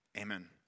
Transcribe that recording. Amen